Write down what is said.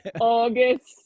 August